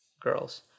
girls